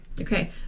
Okay